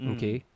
Okay